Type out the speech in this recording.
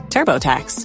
TurboTax